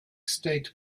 state